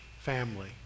family